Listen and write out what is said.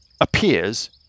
Appears